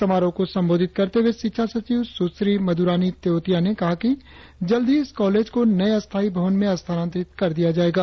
समारोह को संबोधित करते हुए शिक्षा सचिव सुश्री मध्रानी तेवतिया ने कहा कि जल्द ही इस कॉलेज को नए स्थायी भवन में स्थानांतरित कर दिया जाएगा